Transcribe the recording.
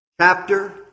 chapter